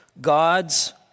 God's